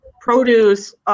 produce